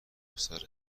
روسر